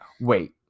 wait